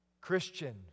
Christian